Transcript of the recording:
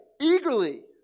eagerly